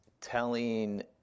telling